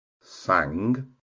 sang